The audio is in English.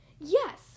Yes